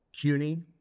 CUNY